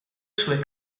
sue